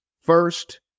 first